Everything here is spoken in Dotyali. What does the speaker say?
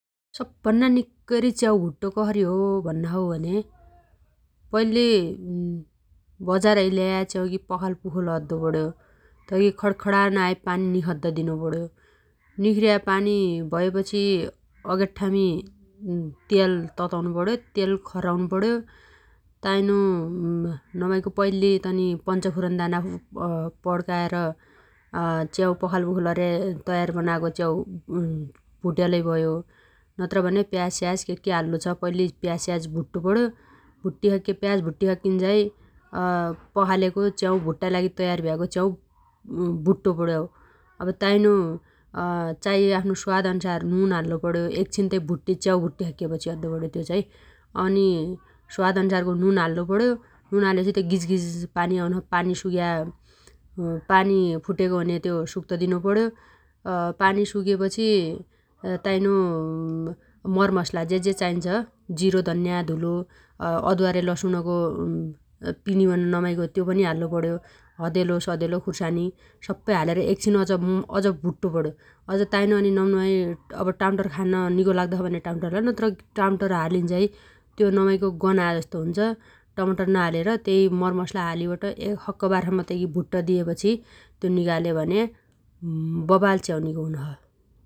सबभन्ना निक्कैरी च्याउ भुट्टो कसरी हो भन्ना छौ भने पैल्ली बजारहै ल्याया च्याउखी पखालपुखुल अद्दो पण्यो । तैगी खण्खणाना है पानी निखद्द दिनुपण्यो । निख्र्या पानी भएपछि अगेठ्ठामी तेल तताउनु पण्यो तेल खराउनु पण्यो । ताइनो नमाइगो पैल्ली तनी पन्चफुरन दाना पड्काएर च्याउ पखालपुखुल अरी तयार बनागो च्याउ भुट्यालै भयो । नत्रभने प्याज स्याज केके हाल्लो छ पैल्ली प्याजस्याज भुट्टो पण्यो । भुट्टिसक्क्या प्याज भुट्टिसक्कीन्झाइ पखालेगो च्याउ भुट्टाइ लागि तयार भ्यागो च्याउ भुट्टु पण्यो । अब ताइनो चाइया आफ्नो स्वादअन्सार नुन हाल्लो पण्यो एकछीन तै च्याउ भुट्टिसक्केपछि अद्दो पण्यो त्यो चाइ । अनि स्वादअन्सारको नुन हाल्लुपण्यो । नुन हालिपछि गिजगिज पानी आउनो छ । पानी सुग्या पानी फुटेगो हुन्या त्यो सुक्त दिनुपण्यो । पानी सुकेपछि ताइनो मरमसला जेजे चाइन्छ । जिरो धन्न्या धुलो अदुवा रे लसुनगो पिनीबन नमाइगो त्यो पनि हाल्लुपण्यो । हदेलो सदेलो खुर्सानी सप्पै हालेरे एकछिन अज भुट्टुपण्यो । अज ताइनो नमनमाइ टामटर खान निगो लाग्दो छ भने टामटर नत्र टमाटर हालिन्झाइ त्यो नमाइगो गनाजस्तो हुन्छ । टमाटर नहालेर त्यहि मरमसला हालीबट एक सक्कबार सम्म तैगी भुट्ट दिएपछि त्यो निगाल्यो भने बबाल च्याउ निगो हुनोछ ।